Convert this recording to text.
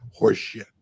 horseshit